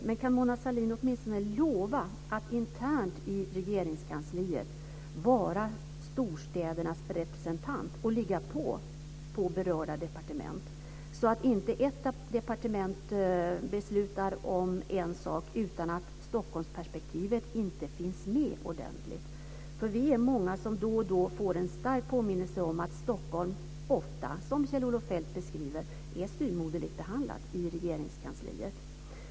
Men kan Mona Sahlin åtminstone lova att internt i Regeringskansliet vara storstädernas representant och pressa på hos berörda departement, så att inte departementen fattar beslut utan att Stockholmsperspektivet ordentligt finns med? Vi är många som då och då får en stark påminnelse om att Stockholm ofta - som Kjell-Olof Feldt beskriver det - är styvmoderligt behandlat i Regeringskansliet.